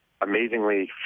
amazingly